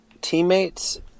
teammates